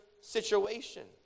situation